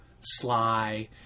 Sly